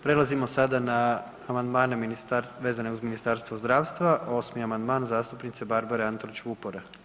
Prelazimo sada na amandmane vezane uz Ministarstvo zdravstva, 8. amandman zastupnice Barbare Antolić Vupora.